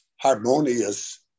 harmonious